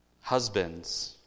Husbands